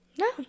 no